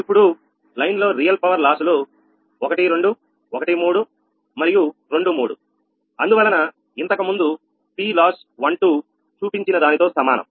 ఇప్పుడు లైన్ లో real power లాసులు 1 2 1 3 and 2 3 అందువలన ఇంతకుముందు PLOSS 12 చూపించిన దాని తో సమానం